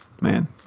Man